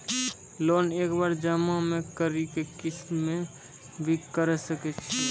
Loan एक बार जमा म करि कि किस्त मे भी करऽ सके छि?